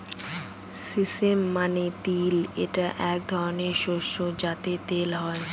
sesame মানে তিল এটা এক ধরনের শস্য যাতে তেল হয়